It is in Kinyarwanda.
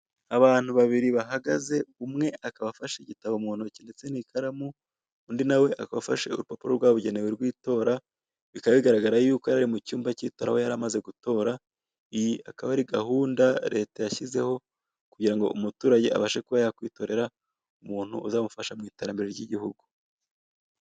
Abantu babiri bahagaze umwe akaba afashe igitabo mu ntoki ndetse n'ikaramu, undi nawe akaba afashe urupapuro rwabugenewe rw'itora. Bikaba bigaragara yuko yarari mu cyumba k'itora aho yaramaze gutora, iyi akaba ari gahunda leta yashyizeho kugira ngo umuturage abashe kuba yakwitorera umuntu uzamufasha mu iterambere ry'igihugu.